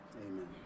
Amen